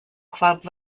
club